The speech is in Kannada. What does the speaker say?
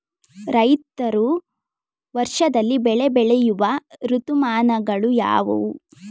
ರೈತರು ವರ್ಷದಲ್ಲಿ ಬೆಳೆ ಬೆಳೆಯುವ ಋತುಮಾನಗಳು ಯಾವುವು?